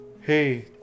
hey